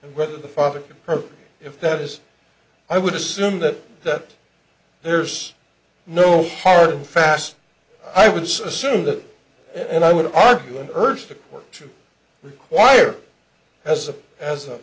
father of her if that is i would assume that that there's no hard and fast i would assume that and i would argue and urge the work to require as a as a